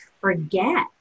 forget